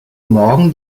morgen